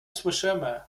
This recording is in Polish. słyszymy